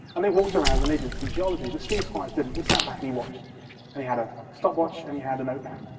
and they walked around and they did some geology. but steve squires didn't, he sat back and he watched and he had a stopwatch and he had a notepad.